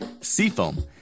Seafoam